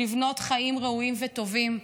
לבנות חיים ראויים וטובים.